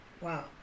Wow